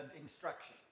instruction